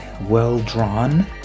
well-drawn